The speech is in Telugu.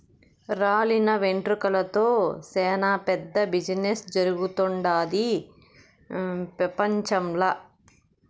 రాలిన వెంట్రుకలతో సేనా పెద్ద బిజినెస్ జరుగుతుండాది పెపంచంల